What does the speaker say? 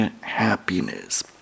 happiness